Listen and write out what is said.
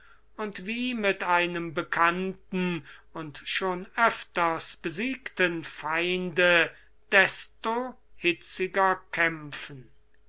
und wie mit einem bekannten und schon öfters besiegten feinde desto hitziger kämpfen